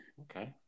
okay